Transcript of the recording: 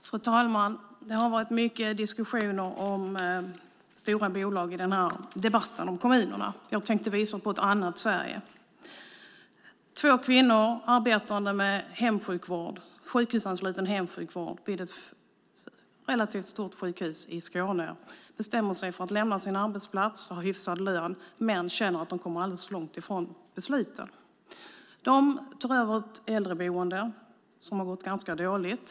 Fru talman! Det har varit mycket diskussioner om stora bolag i den här debatten om kommunerna. Jag tänkte visa på ett annat Sverige. Två kvinnor som arbetar med sjukhusanknuten hemsjukvård vid ett relativt stort sjukhus i Skåne bestämmer sig för att lämna sin arbetsplats, där de har hyfsad lön men känner att de kommer alldeles för långt från besluten. De tar över ett äldreboende som har gått ganska dåligt.